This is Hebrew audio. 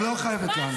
את לא חייבת לענות.